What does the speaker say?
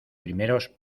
primeros